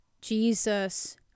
Jesus